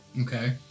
Okay